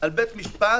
על בית משפט